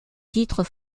titres